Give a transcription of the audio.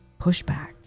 Pushback